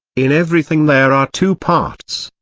in everything there are two parts,